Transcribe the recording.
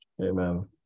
Amen